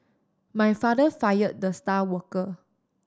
my father fired the star worker